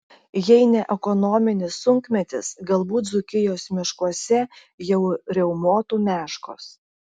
jei ne ekonominis sunkmetis galbūt dzūkijos miškuose jau riaumotų meškos